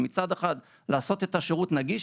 מצד אחד לעשות את השירות נגיד,